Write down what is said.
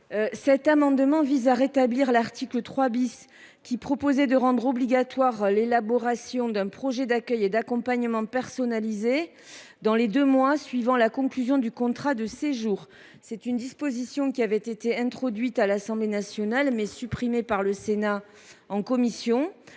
Cet amendement vise à rétablir l’article 3 qui rendait obligatoire l’élaboration d’un projet d’accueil et d’accompagnement personnalisé dans les deux mois suivant la conclusion du contrat de séjour. Cette disposition, introduite à l’Assemblée nationale, a été supprimée par la commission